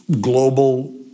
global